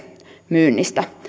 myynnistä